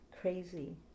crazy